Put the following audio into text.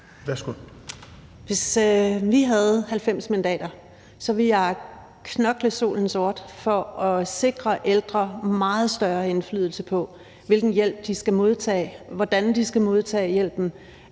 Hvis vi havde 90 mandater, ville jeg knokle solen sort for at sikre de ældre en meget større indflydelse på, hvilken hjælp de skal modtage, hvordan de skal modtage hjælpen,